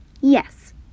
Yes